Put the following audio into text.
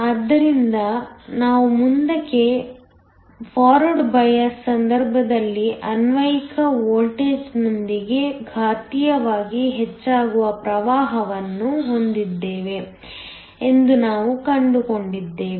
ಆದ್ದರಿಂದ ನಾವು ಮುಂದಕ್ಕೆ ಪಕ್ಷಪಾತದ ಸಂದರ್ಭದಲ್ಲಿ ಅನ್ವಯಿಕ ವೋಲ್ಟೇಜ್ನೊಂದಿಗೆ ಘಾತೀಯವಾಗಿ ಹೆಚ್ಚಾಗುವ ಪ್ರವಾಹವನ್ನು ಹೊಂದಿದ್ದೇವೆ ಎಂದು ನಾವು ಕಂಡುಕೊಂಡಿದ್ದೇವೆ